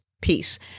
Peace